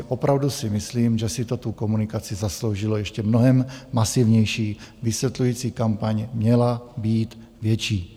Opravdu si myslím, že si to tu komunikaci zasloužilo ještě mnohem masivnější, vysvětlující kampaň měla být větší.